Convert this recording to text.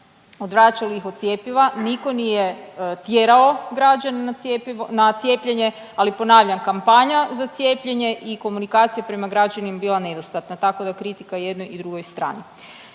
odvraćali ih od cjepiva, nitko nije tjerao građane na cijepljene. Ali ponavljam kampanja za cijepljenje i komunikacija prema građanima je bila nedostatna, tako da kritika i jednoj i drugoj strani.